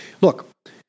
Look